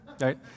right